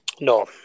No